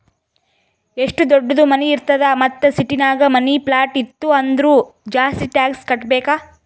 ಎಷ್ಟು ದೊಡ್ಡುದ್ ಮನಿ ಇರ್ತದ್ ಮತ್ತ ಸಿಟಿನಾಗ್ ಮನಿ, ಪ್ಲಾಟ್ ಇತ್ತು ಅಂದುರ್ ಜಾಸ್ತಿ ಟ್ಯಾಕ್ಸ್ ಕಟ್ಟಬೇಕ್